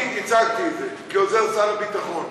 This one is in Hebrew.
אני ייצגתי את זה כעוזר שר הביטחון.